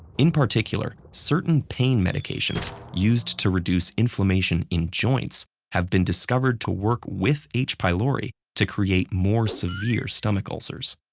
in particular, certain pain medications used to reduce inflammation in joints have been discovered to work with h. pylori to create more severe stomach ulcers.